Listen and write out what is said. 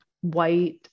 white